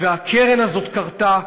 והקרן הזאת קרתה,